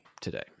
today